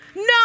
No